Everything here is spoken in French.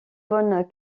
bonne